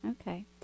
Okay